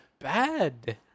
bad